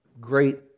Great